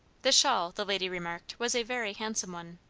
the shawl, the lady remarked, was a very handsome one,